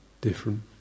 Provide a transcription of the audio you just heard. different